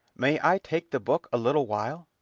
may i take the book a little while?